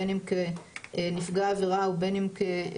בין אם כנפגע עבירה או בין אם כחשוד,